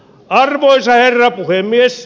arvoisa herra puhemies